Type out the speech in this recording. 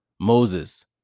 Moses